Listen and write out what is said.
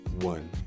one